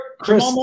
Chris